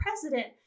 president